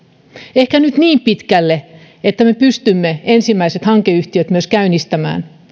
ehkä nyt niin pitkälle että me pystymme ensimmäiset hankeyhtiöt myös käynnistämään